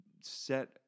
set